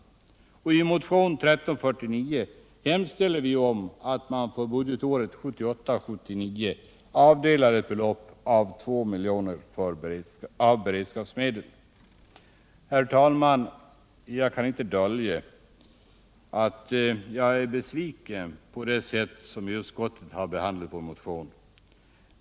I motionen 1349 hemställer vi att man för budgetåret 1978/79 avdelar ett belopp om 2 milj.kr. av beredskapsmedel. Herr talman! Jag kan inte dölja att jag är besviken på det sätt på vilket utskottet har behandlat vår motion.